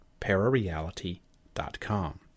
parareality.com